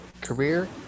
career